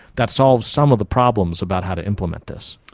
that solves some of the problems about how to implement this.